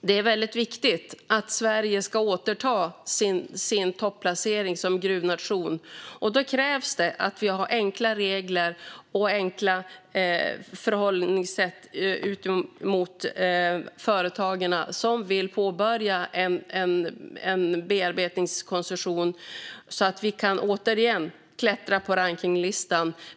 Det är viktigt att Sverige kan återta sin topplacering som gruvnation, och då krävs enkla regler och förhållningssätt gentemot de företag som vill påbörja en bearbetningskoncession. Då kan Sverige återigen klättra på rankningslistan.